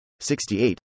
68